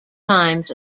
times